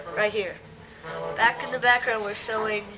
right here back in the background we're showing.